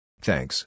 Thanks